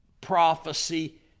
prophecy